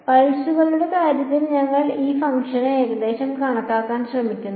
പൾസുകളുടെ കാര്യത്തിൽ ഞങ്ങൾ ഈ ഫംഗ്ഷനെ ഏകദേശം കണക്കാക്കാൻ ശ്രമിക്കുന്നു